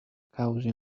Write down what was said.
cause